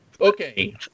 Okay